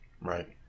Right